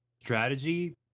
strategy